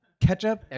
Ketchup